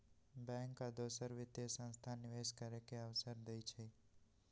bank आ दोसर वित्तीय संस्थान निवेश करे के अवसर देई छई